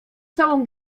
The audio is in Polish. całą